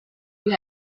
you